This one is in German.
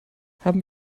haben